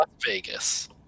vegas